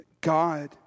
God